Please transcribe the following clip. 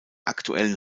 aktuellen